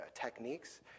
techniques